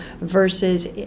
versus